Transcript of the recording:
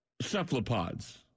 cephalopods